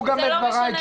זה לא משנה איפה.